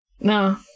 No